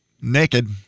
naked